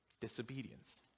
disobedience